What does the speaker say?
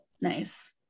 Nice